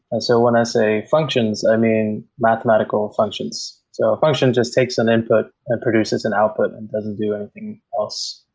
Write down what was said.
and so when i say functions, i mean mathematical functions. a function just takes an input and produces an output and it doesn't do anything else.